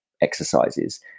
exercises